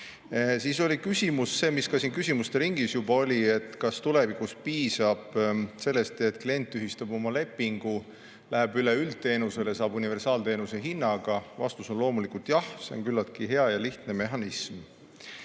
kirjas. Oli küsimus, mis oli ka siin küsimuste ringis, et kas tulevikus piisab sellest, et kui klient tühistab oma lepingu ja läheb üle üldteenusele, et siis saab universaalteenuse hinnaga. Vastus on loomulikult jah, see on küllaltki hea ja lihtne mehhanism.